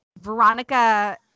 Veronica